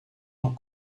nos